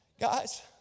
Guys